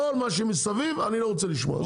כל מה שמסביב אני לא רוצה לשמוע זה הכל,